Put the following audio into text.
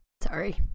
Sorry